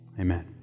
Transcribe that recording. Amen